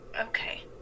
Okay